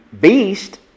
beast